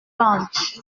punch